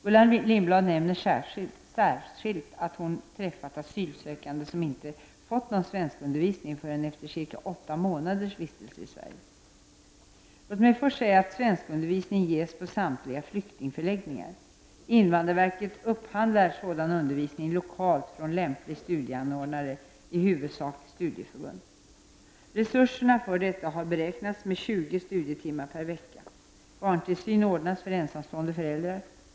Gullan Lindblad nämner särskilt att hon träffat asylsökande som inte fått någon svenskundervisning förrän efter cirka åtta månaders vistelse i Sverige. Låt mig först säga att svenskundervisning ges på samtliga flyktingförläggningar. Invandrarverket upphandlar sådan undervisning lokalt från lämplig studieanordnare, i huvudsak studieförbund. Resurser för detta har beräknats med 20 studietimmar per vecka. Barntillsyn ordnas för ensamstående föräldrar.